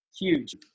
huge